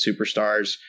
superstars